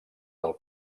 del